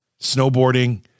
snowboarding